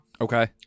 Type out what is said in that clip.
okay